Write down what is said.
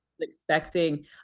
expecting